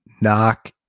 knock